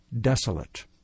desolate